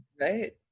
Right